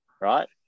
right